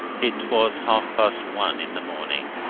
it was half-past one in the morning.